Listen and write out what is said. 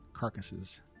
Carcasses